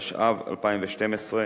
התשע"ב 2012,